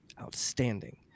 outstanding